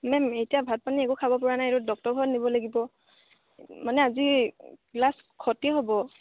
ma'am এতিয়া ভাত পানী একো খাব পৰা নাই আৰু ডক্টৰৰ ঘৰত নিব লাগিব মানে আজি ক্লাছ ক্ষতি হ'ব